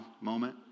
moment